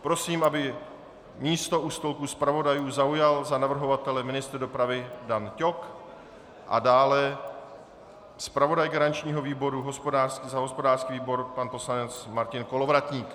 Prosím, aby místo u stolku zpravodajů zaujal za navrhovatele ministr dopravy Dan Ťok a dále zpravodaj garančního výboru za hospodářský výbor pan poslanec Martin Kolovratník.